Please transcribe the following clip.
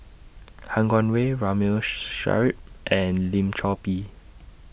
Han Guangwei Ramli Sarip and Lim Chor Pee